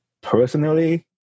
personally